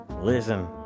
Listen